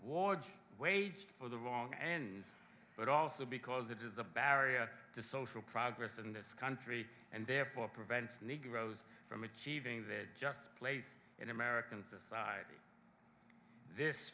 war waged for the wrong end but also because it is the barrier to social progress in this country and therefore prevents negroes from achieving their just place in american society this